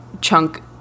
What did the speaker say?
chunk